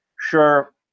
sure